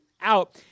out